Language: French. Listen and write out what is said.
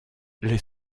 les